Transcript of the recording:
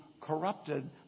corrupted